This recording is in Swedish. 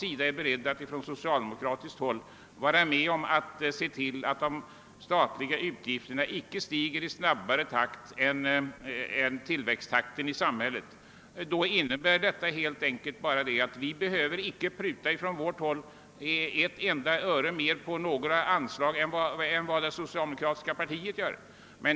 Om man på socialdemokratiskt håll är beredd att bidra till att de statliga utgifterna inte stiger i snabbare takt än vad som motsvarar samhällets tillväxttakt, innebär detta att vi på vårt håll inte behöver pruta ett enda öre mer på några anslag än vad socialdemokraterna gör.